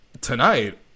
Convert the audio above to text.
tonight